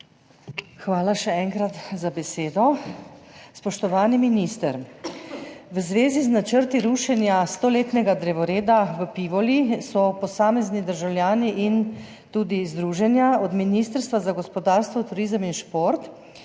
Hvala, še enkrat, za besedo. Spoštovani minister! V zvezi z načrti rušenja stoletnega drevoreda v Pivoli so posamezni državljani in tudi združenja od Ministrstva za gospodarstvo, turizem in šport